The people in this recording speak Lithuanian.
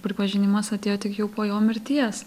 pripažinimas atėjo tik jau po jo mirties